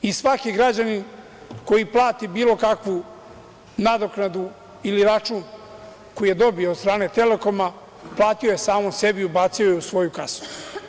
Svaki građanin koji plati bilo kakvu nadoknadu ili račun koji je dobio od strane „Telekoma“ platio je samom sebi, ubacio je u svoju kasu.